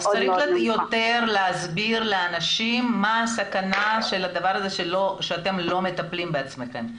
אז צריך יותר להסביר לאנשים מה הסכנה של הדבר הזה כשהם לא מטפלים בעצמם.